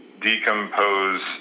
decompose